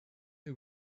who